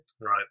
right